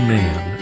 man